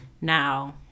Now